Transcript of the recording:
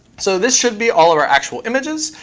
so this should be all of our actual images.